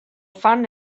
fan